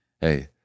hey